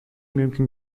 mümkün